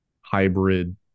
hybrid